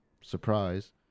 Surprise